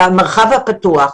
במרחב הפתוח,